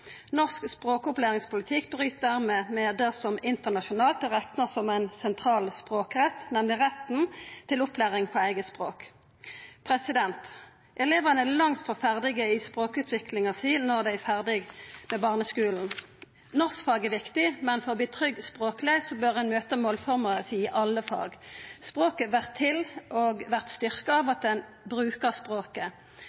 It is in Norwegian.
Norsk språkopplæringspolitikk bryt dermed med det som internasjonalt er rekna som ein sentral språkrett, nemleg retten til opplæring på eige språk. Elevane er langt frå ferdige med språkutviklinga si når dei er ferdige med barneskulen. Norskfaget er viktig, men for å bli trygg språkleg, bør ein møta målforma si i alle fag. Språket vert til og vert styrkt av